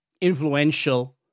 influential